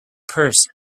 purse